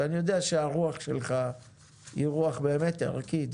אני יודע שהרוח שלך היא באמת ערכית.